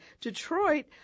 Detroit